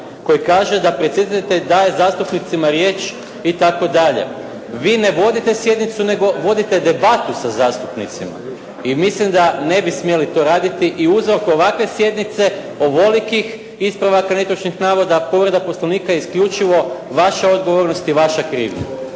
koji kaže da predsjedatelj daje zastupnicima riječ itd. Vi ne vodite sjednicu nego vodite debatu sa zastupnicima i mislim da ne bi to trebali raditi i uzrok ovakve sjednice, ovolikih ispravaka netočnih navoda, povreda Poslovnika isključivo vaša odgovornost i vaša krivnja.